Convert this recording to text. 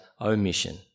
omission